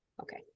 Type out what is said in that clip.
Okay